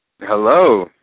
Hello